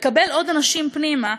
לקבל עוד אנשים פנימה,